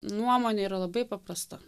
nuomone yra labai paprasta